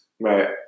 Right